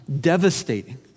devastating